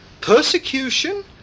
persecution